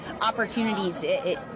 opportunities